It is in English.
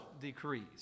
decrees